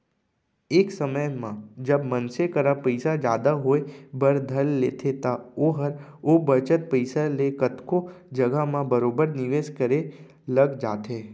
एक समे म जब मनसे करा पइसा जादा होय बर धर लेथे त ओहर ओ बचत पइसा ले कतको जघा म बरोबर निवेस करे लग जाथे